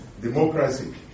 democracy